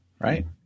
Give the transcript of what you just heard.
right